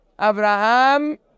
Abraham